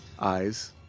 eyes